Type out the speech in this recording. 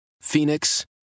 Phoenix